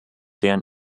deren